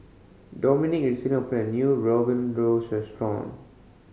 Domonique recently opened a new Rogan Josh Restaurant